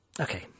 Okay